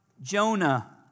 Jonah